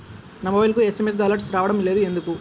నా మొబైల్కు SMS alerts రావడం లేదు ఎందుకు?